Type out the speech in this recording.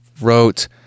wrote